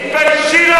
תתביישי לך,